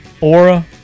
Aura